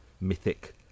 mythic